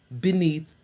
beneath